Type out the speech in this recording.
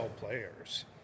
players